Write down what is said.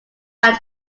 around